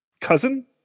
cousin